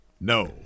No